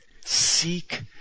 Seek